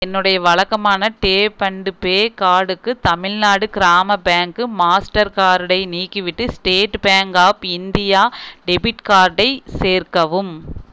என்னுடைய வழக்கமான tap and pay கார்டுக்கு தமிழ்நாடு கிராம பேங்க் மாஸ்டர் கார்டை நீக்கிவிட்டு state bank of India debit கார்டை சேர்க்கவும்